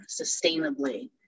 sustainably